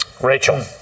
Rachel